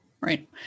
Right